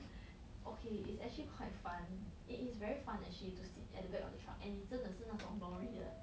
okay it's actually quite fun it is very fun actually to sit at the back of the truck and it's 真的是那种 lorry 的